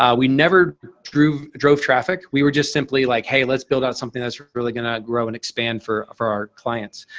we never drove drove traffic. we were just simply like, hey, let's build out something that's really gonna grow and expand for for our clients.